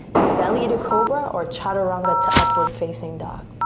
belly to cobra or chaturanga to upward facing dog.